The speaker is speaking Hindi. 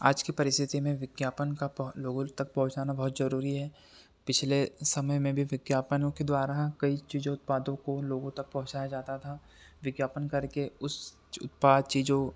आज की परिस्थिति में विज्ञापन का बहुत लोगों तक पहुँचना बहुत जरूरी है पिछले समय में भी विज्ञापनों के द्वारा कई चीज़ों उत्पादों को लोगों तक पहुँचाया जाता था विज्ञापन करके उस उत्पाद चीज़ों